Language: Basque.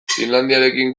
finlandiarekin